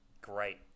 Great